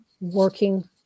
working